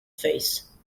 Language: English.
face